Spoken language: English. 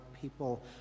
people